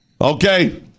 Okay